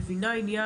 היא מבינה עניין,